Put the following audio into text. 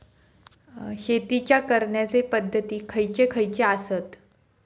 शेतीच्या करण्याचे पध्दती खैचे खैचे आसत?